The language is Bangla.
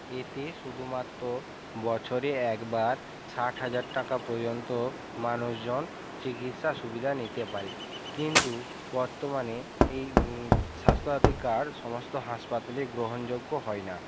এতে শুধুমাত্র বছরে একবার ষাট হাজার টাকা পর্যন্ত মানুষজন চিকিৎসার সুবিধা নিতে পারে কিন্তু বর্তমানে এই স্বাস্থ্যসাথী কার্ড সমস্ত হাসপাতালে গ্রহণযোগ্য হয় না